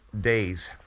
days